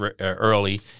early